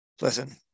listen